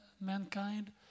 mankind